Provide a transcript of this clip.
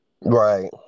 Right